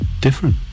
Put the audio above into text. different